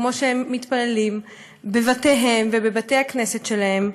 כמו שהם מתפללים בבתיהם ובבתי הכנסת שלהם.